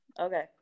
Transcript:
Okay